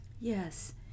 Yes